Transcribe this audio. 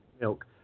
milk